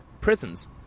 prisons